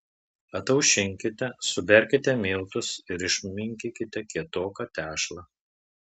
ataušinkite suberkite miltus ir išminkykite kietoką tešlą